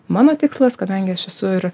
mano tikslas kadangi aš esu ir